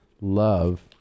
love